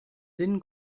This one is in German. sinn